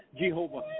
Jehovah